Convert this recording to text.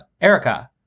Erica